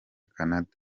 canada